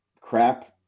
crap